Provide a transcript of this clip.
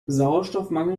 sauerstoffmangel